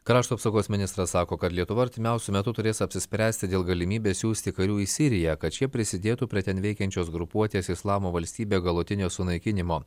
krašto apsaugos ministras sako kad lietuva artimiausiu metu turės apsispręsti dėl galimybės siųsti karių į siriją kad šie prisidėtų prie ten veikiančios grupuotės islamo valstybė galutinio sunaikinimo